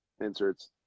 inserts